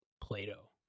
Plato